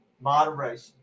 moderation